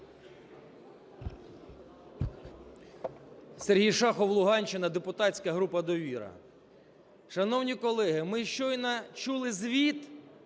Сергій Шахов, Луганщина, депутатська група "Довіра". Шановні колеги, ми щойно чули звіт